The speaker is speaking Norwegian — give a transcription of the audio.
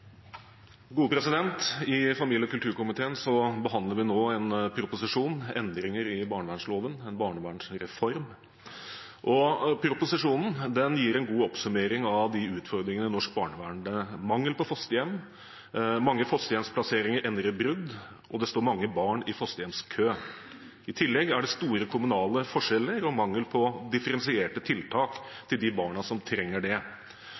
I familie- og kulturkomiteen behandler vi nå en proposisjon: Endringer i barnevernloven, en barnevernsreform. Proposisjonen gir en god oppsummering av utfordringene i norsk barnevern: mangel på fosterhjem, mange fosterhjemsplasseringer ender i brudd, og det står mange barn i fosterhjemskø. I tillegg er det store kommunale forskjeller og en mangel på differensierte tiltak til de barna som trenger det.